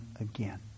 again